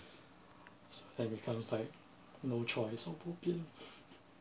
and becomes like no choice oh bobian